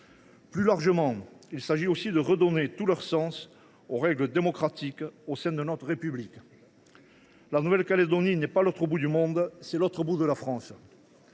Plus largement, il s’agit aussi de redonner tout leur sens aux règles démocratiques au sein de notre République. La Nouvelle Calédonie est l’autre bout, non pas du monde, mais de la France.